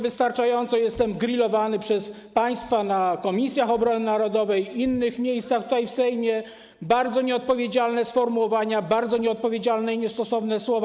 Wystarczająco jestem grillowany przez państwa w Komisji Obrony Narodowej, w innych miejscach tutaj, w Sejmie - bardzo nieodpowiedzialne sformułowania, bardzo nieodpowiedzialne i niestosowne słowa.